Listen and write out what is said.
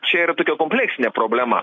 čia yra tokia kompleksinė problema